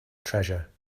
treasure